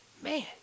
man